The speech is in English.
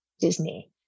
Disney